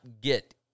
get